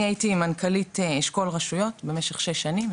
אני הייתי מנכ"לית אשכול רשויות במשך שש שנים,